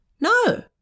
No